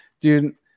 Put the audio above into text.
dude